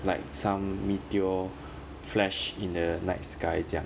like some meteor flashed in the night sky 这样